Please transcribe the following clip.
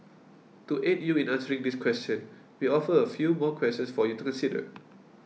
to aid you in answering this question we offer a few more questions for you to consider